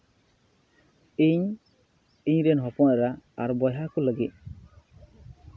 ᱤᱧ ᱤᱧᱨᱮᱱ ᱦᱚᱯᱚᱱ ᱮᱨᱟ ᱟᱨ ᱵᱚᱭᱦᱟ ᱠᱚ ᱞᱟᱹᱜᱤᱫ